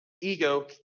ego